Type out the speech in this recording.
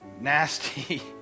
nasty